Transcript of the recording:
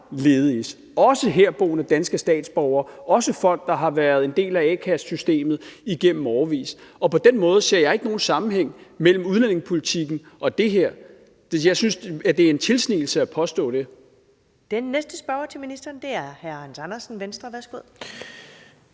ledige, også herboende danske statsborgere, også folk, der har været en del af a-kassesystemet i årevis. På den måde ser jeg ikke nogen sammenhæng mellem udlændingepolitikken og det her. Jeg synes, det er en tilsnigelse at påstå det. Kl. 15:47 Første næstformand (Karen Ellemann): Den næste spørger er hr. Hans Andersen, Venstre. Værsgo.